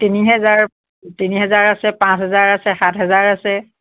তিনি হেজাৰ তিনি হেজাৰ আছে পাঁচ হেজাৰ আছে সাত হেজাৰ আছে